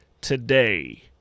today